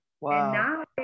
wow